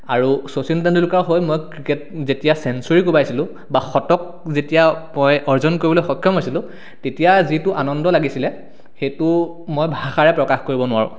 আৰু শচীন টেণ্ডুলকাৰ হৈ মই ক্ৰিকেট যেতিয়া চেঞ্চুৰী কোবাইছিলোঁ বা শতক যেতিয়া মই অৰ্জন কৰিবলৈ সক্ষম হৈছিলোঁ তেতিয়া যিটো আনন্দ লাগিছিলে সেইটো মই ভাষাৰে প্ৰকাশ কৰিব নোৱাৰোঁ